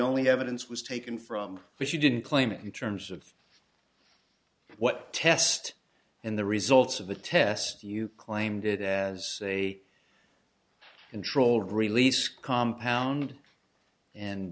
only evidence was taken from which you didn't claim it in terms of what test and the results of the test you claimed it as a controlled release compound and